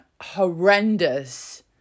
horrendous